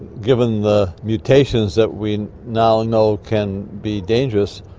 given the mutations that we now know can be dangerous,